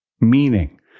Meaning